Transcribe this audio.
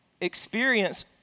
experience